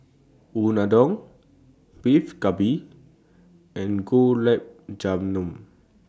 Unadon Beef Galbi and Gulab Jamun